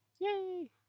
Yay